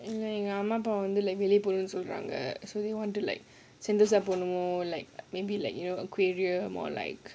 so really want to like sentosa வந்து:vandhu like maybe like you know aquarium or like